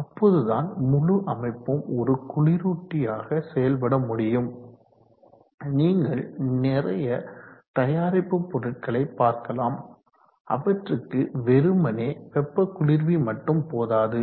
அப்போதுதான் முழு அமைப்பும் ஒரு குளிரூட்டியாக செயல் பட முடியும் நீங்கள் நிறைய தயாரிப்பு பொருட்களை பார்க்கலாம் அவற்றுக்கு வெறுமனே வெப்ப குளிர்வி மட்டும் போதாது